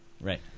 Right